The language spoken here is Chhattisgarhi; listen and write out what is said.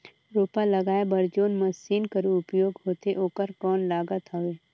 रोपा लगाय बर जोन मशीन कर उपयोग होथे ओकर कौन लागत हवय?